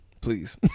please